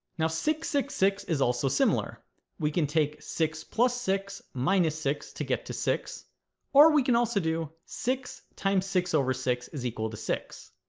now six six six is also similar we can take six plus six minus six to get to six or we can also do six times six over six is equal to six